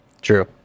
True